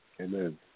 Amen